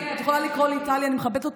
שרת העלייה והקליטה.